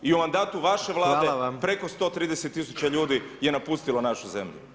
I u mandatu vaše Vlade, preko 130000 ljudi je napustilo našu zemlju.